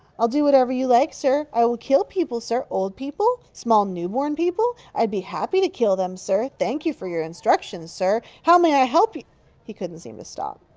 i will do what ever you like, sir. i will kill people, sir. old people? small newborn people? i'd be happy to kill them, sir. thank you for your instructions, sir. how may i help y he couldn't seem to stop.